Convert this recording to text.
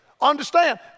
Understand